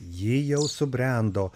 ji jau subrendo